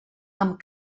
amb